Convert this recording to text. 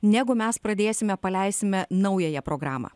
negu mes pradėsime paleisime naująją programą